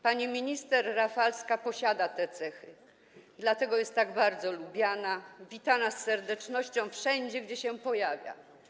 Pani minister Rafalska posiada te cechy, dlatego jest tak bardzo lubiana, witana z serdecznością wszędzie, gdzie się pojawia.